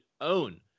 own